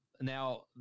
Now